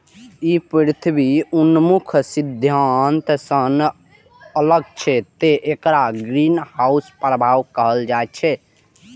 ई पृथ्वी उन्मुख सिद्धांत सं अलग छै, तें एकरा ग्रीनहाउस प्रभाव कहल जाइ छै